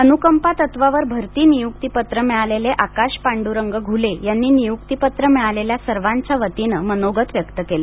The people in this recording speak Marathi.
अनुकंपा तत्वावर भरती निय्क्ती पत्र मिळालेले आकाश पांड्रंग घ्ले यांनी निय्क्तीपत्र मिळालेल्या सर्वांच्या वतीने मनोगत व्यक्त केले